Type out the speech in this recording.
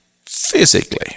physically